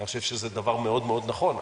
אני חושב שזה דבר מאוד-מאוד נכון,